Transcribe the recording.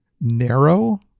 narrow